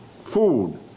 food